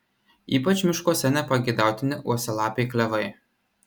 ypač miškuose nepageidautini uosialapiai klevai